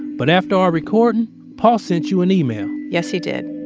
but after our recording paul sent you an email yes, he did.